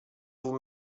vous